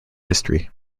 history